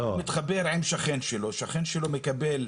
אם הוא מתחבר עם שכן שלו, שכן שלו מקבל.